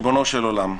ריבונו של עולם,